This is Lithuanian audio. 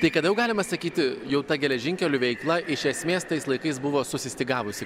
tai kada jau galima sakyti jau ta geležinkelių veikla iš esmės tais laikais buvo susistygavusi